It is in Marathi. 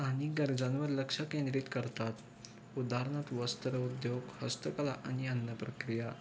आणि गरजांवर लक्ष केंद्रित करतात उदाहरनार्थ वस्त्रोद्योग हस्तकला आणि अन्नप्रक्रिया